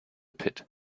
pit